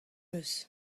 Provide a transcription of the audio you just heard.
eus